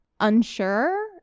unsure